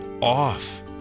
off